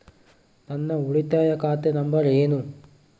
ನನ್ನ ಉಳಿತಾಯ ಖಾತೆ ನಂಬರ್ ಏನು?